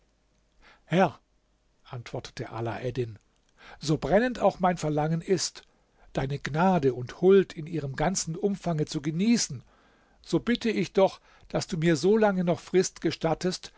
herr antwortete alaeddin so brennend auch mein verlangen ist deine gnade und huld in ihrem ganzen umfange zu genießen so bitte ich doch daß du mir so lange noch frist gestattest